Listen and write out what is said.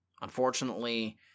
Unfortunately